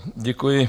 Děkuji.